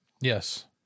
Yes